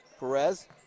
Perez